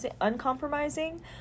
uncompromising